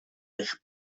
eich